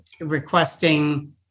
requesting